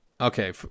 Okay